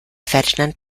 ferdinand